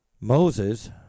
Moses